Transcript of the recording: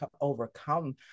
overcome